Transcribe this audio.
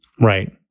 Right